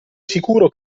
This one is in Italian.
sicuro